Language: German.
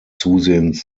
zusehends